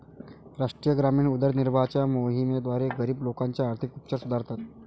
राष्ट्रीय ग्रामीण उदरनिर्वाहाच्या मोहिमेद्वारे, गरीब लोकांचे आर्थिक उपचार सुधारतात